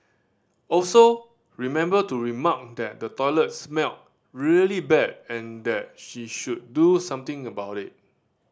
also remember to remark that the toilet smelled really bad and that she should do something about it